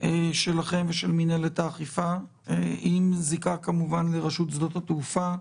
שלכם ושל מנהלת האכיפה עם זיקה כמובן לרשות שדות התעופה.